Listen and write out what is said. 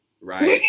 Right